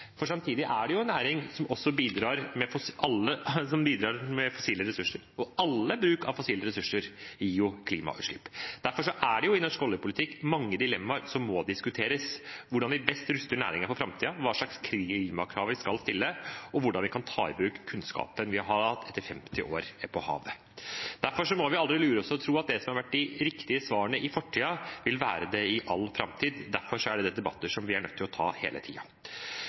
Samtidig er det en næring som bidrar med fossile ressurser, og all bruk av fossile ressurser gir klimautslipp. Derfor er det i norsk oljepolitikk mange dilemmaer som må diskuteres: hvordan vi best ruster næringen for framtiden, hva slags klimakrav vi skal stille, og hvordan vi kan ta i bruk kunnskapen vi har hatt i 50 år på havet. Derfor må vi aldri lure oss selv til å tro at de riktige svarene i fortiden vil være det i all framtid, og derfor er dette debatter vi er nødt til å ta hele